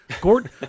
Gordon